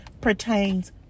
pertains